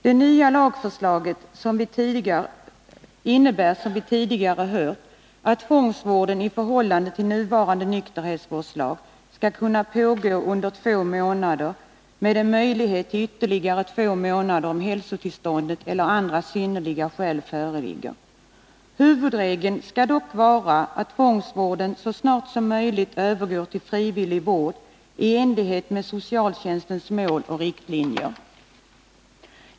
Det nya lagförslaget innebär, som vi tidigare hört, att tvångsvården, jämfört med nuvarande nykterhetsvårdslag, skall kunna pågå under två månader med möjlighet till förlängning med ytterligare två månader, om hälsotillståndet ger anledning därtill eller om andra synnerliga skäl föreligger. Huvudregeln skall dock vara att tvångsvården så snart som möjligt skall övergå till frivillig vård i enlighet med socialtjänstens mål och riktlinjer.